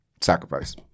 sacrifice